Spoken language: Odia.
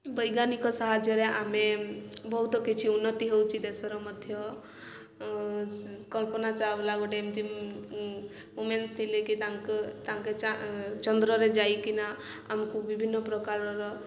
ବୈଜ୍ଞାନିକ ସାହାଯ୍ୟରେ ଆମେ ବହୁତ କିଛି ଉନ୍ନତି ହେଉଛି ଦେଶର ମଧ୍ୟ କଳ୍ପନା ଚାୱଲା ଗୋଟେ ଏମିତି ମେନ୍ସ ଥିଲେ କି ତାଙ୍କ ତାଙ୍କେ ଚନ୍ଦ୍ରରେ ଯାଇକିନା ଆମକୁ ବିଭିନ୍ନ ପ୍ରକାରର